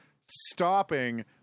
stopping